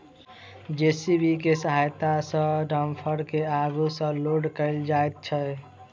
JCB के सहायता सॅ डम्फर के आगू सॅ लोड कयल जाइत छै